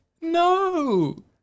no